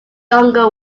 younger